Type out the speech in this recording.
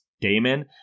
Damon